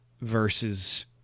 versus